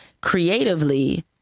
Creatively